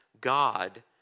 God